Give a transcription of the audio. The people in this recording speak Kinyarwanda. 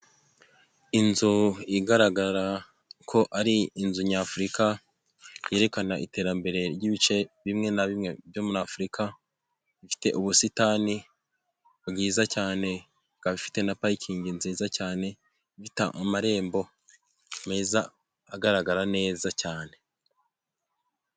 Inzu igaragara ko ari inzu nyafurika, yerekana iterambere ry'ibice bimwe na bimwe byo muri Afurika, ifite ubusitani bwiza cyane ikaba ifite na parikingi nziza cyane, ifite amarembo meza agaragara neza cyane.